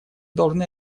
должны